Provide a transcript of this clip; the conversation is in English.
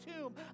tomb